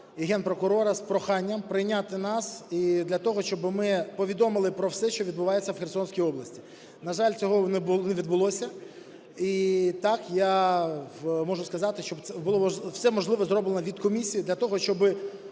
і Генпрокурора з проханням прийняти нас, для того щоб ми повідомили про все, що відбувається в Херсонській області. На жаль, цього не відбулося. І так, я можу сказати, що все можливе зроблено від комісії для того, щоб